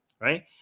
right